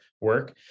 work